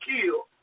Kill